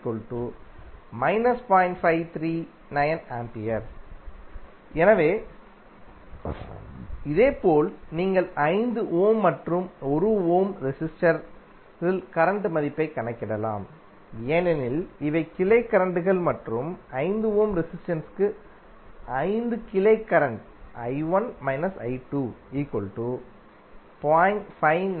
539 A எனவே இதேபோல் நீங்கள் 5 ஓம் மற்றும் 1 ஓம் ரெசிஸ்டரில் கரண்ட்டின் மதிப்பைக் கணக்கிடலாம் ஏனெனில் இவை கிளை கரண்ட்கள் மற்றும் 5 ஓம் ரெசிஸ்டென்ஸ்க்கு 5 கிளை கரண்ட் I1 I2 0